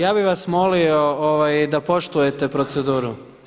Ja bih vas molio da poštujete proceduru.